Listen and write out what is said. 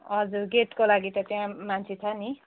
हजुर गेटको लागि त त्यहाँ मान्छे छ नि